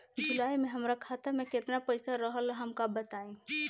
जुलाई में हमरा खाता में केतना पईसा रहल हमका बताई?